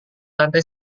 lantai